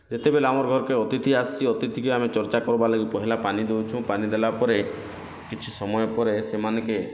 ଯେତେବେଲ୍ ଆମର୍ ଘର୍କେ ଅତିଥି ଆସ୍ଚି ଅତିଥି କି ଆମେ ଚର୍ଚ୍ଚା କର୍ବା ଲାଗି ପହେଲା ପାନି ଦଉଛୁଁ ପାନି ଦେଲା ପରେ କିଛି ସମୟ ପରେ ସେମାନଙ୍କେ